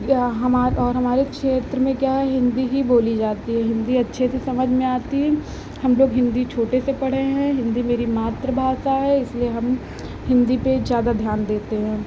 या हमार और हमारे क्षेत्र में क्या है हिन्दी ही बोली जाती है हिन्दी अच्छे से समझ में आती है हमलोग हिन्दी छोटे से पढे़ हैं हिन्दी मेरी मातृभाषा है इसलिए हम हिन्दी पर ज़्यादा ध्यान देते हैं